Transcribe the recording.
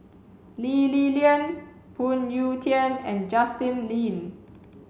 Lee Li Lian Phoon Yew Tien and Justin Lean